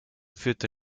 führte